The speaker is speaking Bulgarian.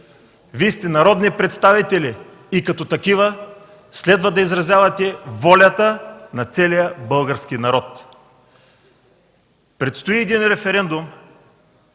Вие сте народни представители и като такива следва да изразявате волята на целия български народ. Предстои референдум,